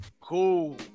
cool